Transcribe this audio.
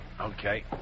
Okay